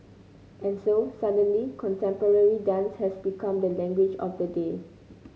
and so suddenly contemporary dance has become the language of the day